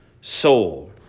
soul